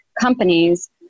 companies